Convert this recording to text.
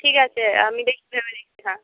ঠিক আছে আমি ভেবে হ্যাঁ